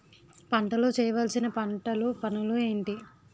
పంటలో చేయవలసిన పంటలు పనులు ఏంటి?